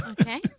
Okay